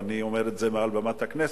אני אומר את זה מעל בימת הכנסת,